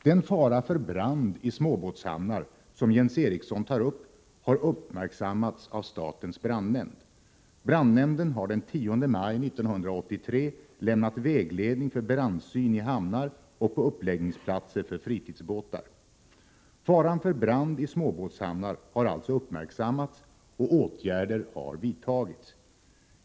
Den fara för brand i småbåtshamnar som Jens Eriksson tar upp har uppmärksammats av statens brandnämnd. Brandnämnden har den 10 maj 1983 lämnat vägledning för brandsyn i hamnar och på uppläggningsplatser för fritidsbåtar. Faran för brand i småbåtshamnar har alltså uppmärksammats och åtgärder har vidtagits.